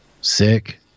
sick